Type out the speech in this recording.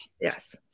yes